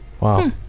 Wow